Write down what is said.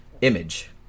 image